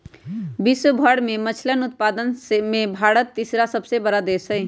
विश्व भर के मछलयन उत्पादन में भारत तीसरा सबसे बड़ा देश हई